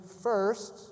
first